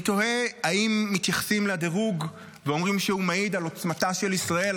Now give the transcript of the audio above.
אני תוהה אם מתייחסים לדירוג ואומרים שהוא מעיד על עוצמתה של ישראל,